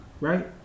Right